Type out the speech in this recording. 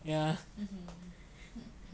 mm